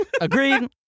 Agreed